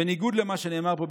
בניגוד למה שנאמר פה,